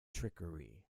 trickery